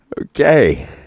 okay